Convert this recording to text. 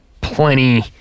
plenty